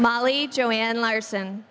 molly joanne larson